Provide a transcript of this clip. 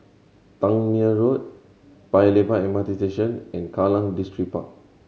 Tangmere Road Paya Lebar M R T Station and Kallang Distripark